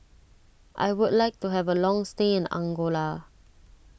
I would like to have a long stay in Angola